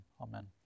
Amen